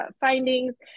findings